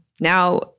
Now